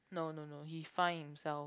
no no no he find himself